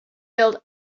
build